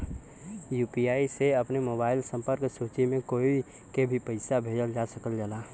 UPI से अपने mobile संपर्क सूची में कोई के भी पइसा भेजल जा सकल जाला